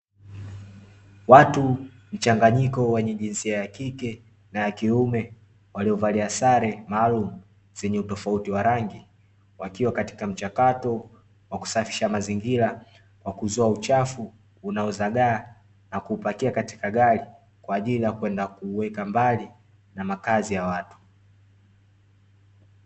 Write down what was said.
Watu mchanganyiko wenye jinsia ya kike na ya kiume waliovalia sare maalum zenye utofauti wa rangi, wakiwa katika mchakato wa kusafisha mazingira kwa kuzoa uchafu unaozagaa na kupakia katika gari kwa ajili ya kwenda kuweka mbali na makazi ya watu.